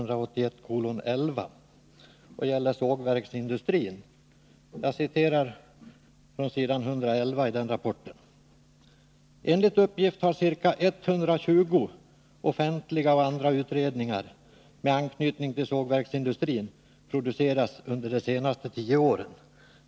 Det gäller sågverksindustrin, och jag citerar på s. 111: ”Enligt uppgift har cirka 120 offentliga och andra utredningar med anknytning till sågverksindustrin producerats under de senaste tio åren .